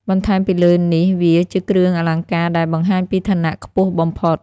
បន្ថែមពីលើនេះវាជាគ្រឿងអលង្ការដែលបង្ហាញពីឋានៈខ្ពស់បំផុត។